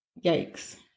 Yikes